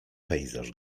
pejzaż